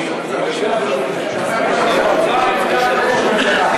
מה עמדת ראש הממשלה?